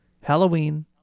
Halloween